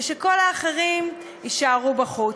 ושכל האחרים יישארו בחוץ.